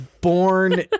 born